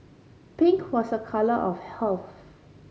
pink was a colour of health